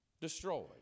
destroyed